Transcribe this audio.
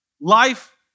Life